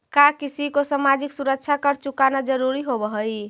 का किसी को सामाजिक सुरक्षा कर चुकाना जरूरी होवअ हई